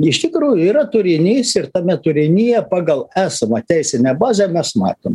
iš tikrųjų yra turinys ir tame turinyje pagal esamą teisinę bazę mes matom